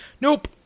nope